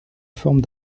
forme